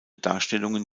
darstellungen